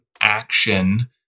action